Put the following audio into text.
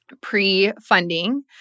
pre-funding